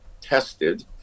tested